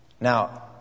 Now